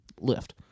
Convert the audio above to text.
lift